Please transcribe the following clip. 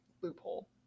loophole